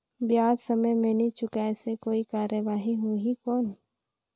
ब्याज समय मे नी चुकाय से कोई कार्रवाही होही कौन?